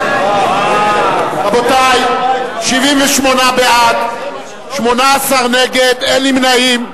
רבותי, 78 בעד, 18 נגד, אין נמנעים.